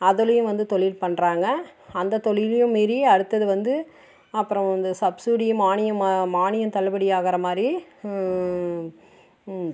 அதுலையும் வந்து தொழில் பண்ணுறாங்க அந்த தொழிலையும் மீறி அடுத்தது வந்து அப்புறம் இந்த சப்சூரியம் மானியம் மா மானியம் தள்ளுபடி ஆகுறமாதிரி